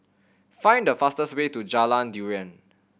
find the fastest way to Jalan Durian